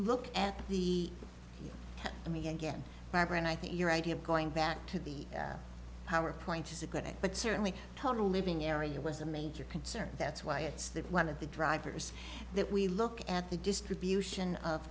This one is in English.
look at the i mean again barbara and i think your idea of going back to the power point is a good but certainly total living area was a major concern that's why it's that one of the drivers that we look at the distribution of